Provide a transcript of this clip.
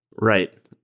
Right